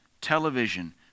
Television